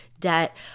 debt